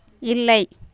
இல்லை